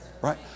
Right